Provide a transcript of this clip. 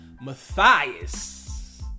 Matthias